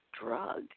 drug